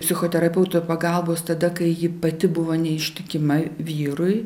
psichoterapeutų pagalbos tada kai ji pati buvo neištikima vyrui